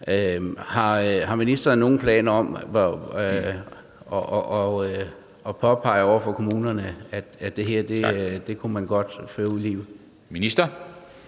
Har ministeren nogen planer om at påpege over for kommunerne, at det her kunne man godt føre ud i livet?